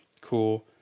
Cool